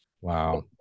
Wow